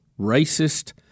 racist